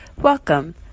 Welcome